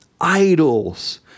idols